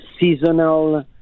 seasonal